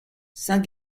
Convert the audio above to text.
saint